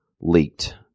leaked